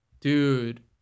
Dude